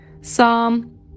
Psalm